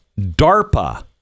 DARPA